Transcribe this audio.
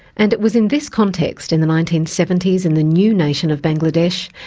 and it was in this context in the nineteen seventy s in the new nation of bangladesh,